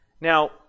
Now